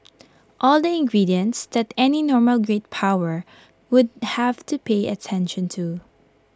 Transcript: all the ingredients that any normal great power would have to pay attention to